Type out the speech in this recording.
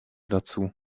dazu